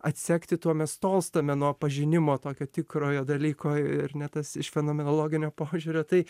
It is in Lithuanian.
atsekti tuo mes tolstame nuo pažinimo tokio tikrojo dalyko ir ne tas iš fenomenologinio požiūrio tai